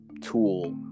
tool